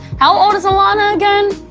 how old is elena again?